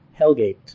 Hellgate